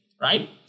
right